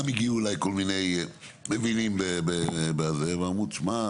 גם הגיעו אליי כל מיני ואמרו לי תשמע,